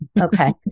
okay